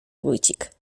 wójcik